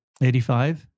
85